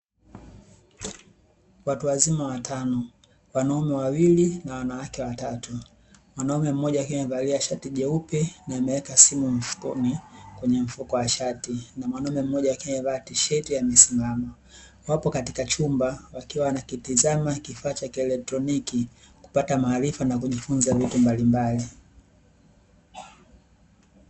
Watu wazima watano (wanaume wawili na wanawake watatu). Mwanaume mmoja akiwa amevalia shati jeupe na ameweka simu mfukoni kwenye mfuko wa shati, na mwanaume mmoja akiwa amevaa tisheti amesimama. Wapo katika chumba wakiwa wanakitizama kifaa cha kielektroniki, kupata maarifa na kujifunza vitu mbalimbali.